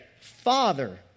Father